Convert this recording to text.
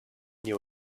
you